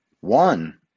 One